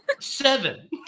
seven